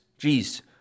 Jeez